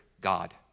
God